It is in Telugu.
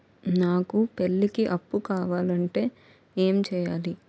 నాకు పెళ్లికి అప్పు కావాలంటే ఏం చేయాలి?